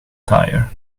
tyre